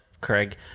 Craig